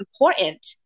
important